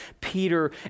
Peter